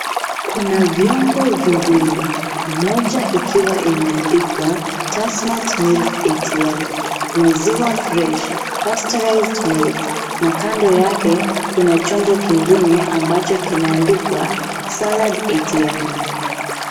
Kuna vyombo viwili, moja ikiwa imeandikwa Kasmart Milk ATM, maziwa fresh, pasturized milk na kando yake kuna chombo kingine ambacho kimeandikwa salad ATM.